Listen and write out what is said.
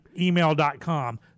email.com